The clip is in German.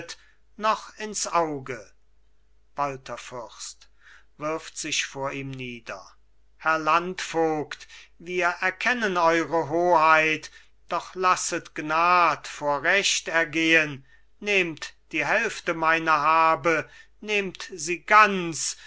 noch ins auge walther fürst wirft sich vor ihm nieder herr landvogt wir erkennen eure hoheit doch lasset gnad vor recht ergehen nehmt die hälfte meiner habe nehmt sie ganz